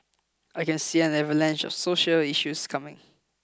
I can see an avalanche of social issues coming